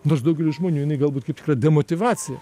nors daugeliui žmonių jinai galbūt kaip tikra demotyvacija